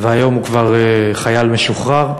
והיום הוא כבר חייל משוחרר.